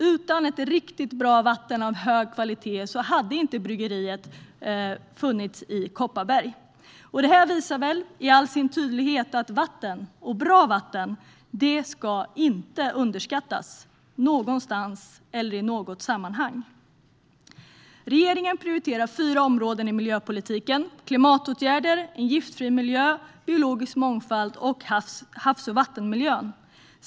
Utan ett riktigt bra vatten av hög kvalitet hade inte bryggeriet funnits i Kopparberg. Det här visar med all tydlighet att bra vatten inte ska underskattas någonstans eller i något sammanhang. Regeringen prioriterar fyra områden i miljöpolitiken: klimatåtgärder, en giftfri miljö, biologisk mångfald och havs och vattenmiljön.